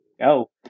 go